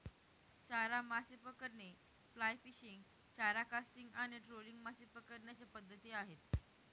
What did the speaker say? चारा मासे पकडणे, फ्लाय फिशिंग, चारा कास्टिंग आणि ट्रोलिंग मासे पकडण्याच्या पद्धती आहेत